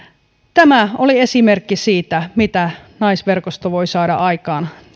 tämä oli esimerkki siitä mitä naisverkosto voi saada aikaan